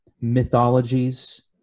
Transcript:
mythologies